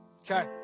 Okay